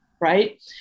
right